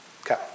Okay